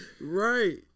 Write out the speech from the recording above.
Right